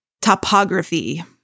topography